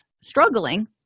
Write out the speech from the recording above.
struggling